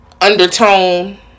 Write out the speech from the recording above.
undertone